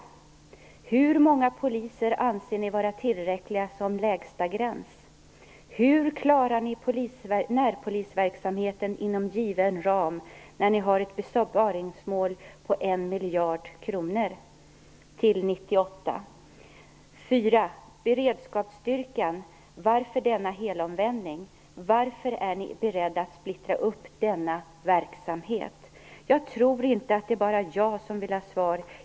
Hur många poliser anser ni vara tillräckligt som lägsta gräns? Hur klarar ni närpolisverksamheten inom given ram när ni har ett besparingsmål på en miljard kronor till 1998? Varför denna helomvänding när det gäller beredskapsstyrkan? Varför är ni beredda att splittra denna verksamhet? Jag tror inte att det bara är jag som vill ha svar.